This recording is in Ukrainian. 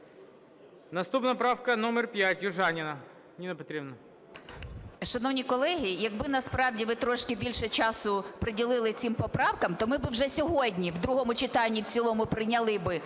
Наступна правка номер 5, Южаніна Ніна Петрівна.